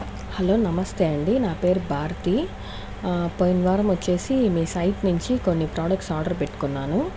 hello నమస్తే అండీ నా పేరు భారతి పోయినవారం వచ్చేసి మీ సైట్ నుంచి కొన్ని ప్రోడక్ట్స్ ఆర్డర్ పెట్టుకున్నాను